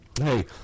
Hey